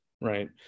right